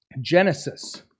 Genesis